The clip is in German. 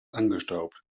angestaubt